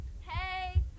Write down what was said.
Hey